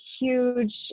huge